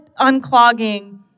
unclogging